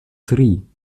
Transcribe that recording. tri